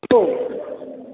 hello